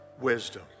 wisdom